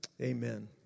amen